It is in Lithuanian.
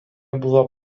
buvo